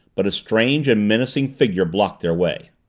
but a strange and menacing figure blocked their way.